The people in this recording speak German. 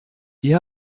ihr